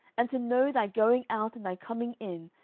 and to know thy going out and thy coming in,